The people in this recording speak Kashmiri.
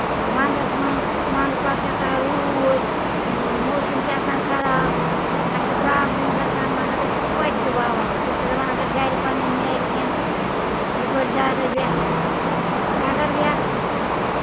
وَندَس منٛز وَندٕ پَتہٕ چھُ آسان روٗد موسِم چھُ آسان خراب اسہِ چھِ پرابلِم گژھان مَگر أسۍ چھِ توتہِ تہِ وَوان أسۍ چھِ دَپان اَگر گرِ پَںٕنہِ نیرِ کیٚنٛہہ تہٕ یہِ گوٚو زیادَے بہتر اَگر یتھ